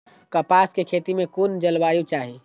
कपास के खेती में कुन जलवायु चाही?